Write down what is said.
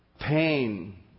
pain